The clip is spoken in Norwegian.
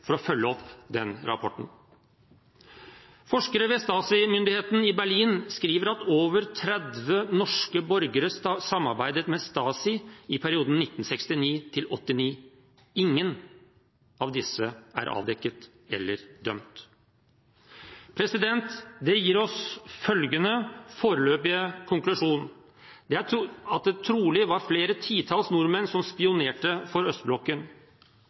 for å følge opp den rapporten. Forskere ved Stasi-myndigheten i Berlin skriver at over 30 norske borgere samarbeidet med Stasi i perioden 1969–1989. Ingen av disse er avdekket eller dømt. Det gir oss følgende foreløpige konklusjon: at det trolig var flere titalls nordmenn som spionerte for østblokken,